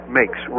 makes